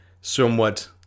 somewhat